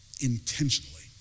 intentionally